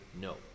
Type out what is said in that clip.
no